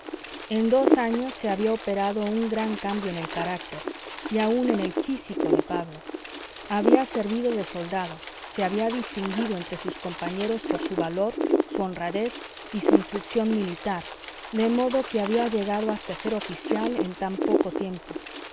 en dos años se había operado un gran cambio en el carácter y aun en el físico de pablo había servido de soldado se había distinguido entre sus compañeros por su valor su honradez y su instrucción militar de modo que había llegado hasta ser oficial en tan poco tiempo